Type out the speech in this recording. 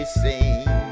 sing